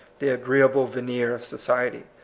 the agreea ble veneer of society.